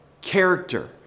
Character